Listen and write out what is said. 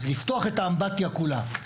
אז לפתוח את האמבטיה כולה,